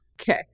Okay